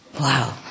Wow